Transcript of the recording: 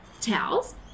towels